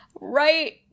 right